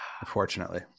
Unfortunately